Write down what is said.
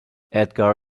edgar